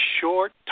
short